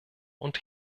und